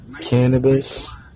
Cannabis